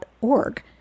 org